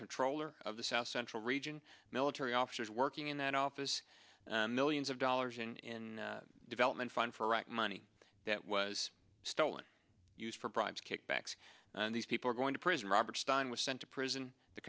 controller of the south central region military officers working in that office millions of dollars in development fund for iraq money that was stolen used for bribes kickbacks and these people are going to prison robert stein was sent to prison the